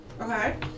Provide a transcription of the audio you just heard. okay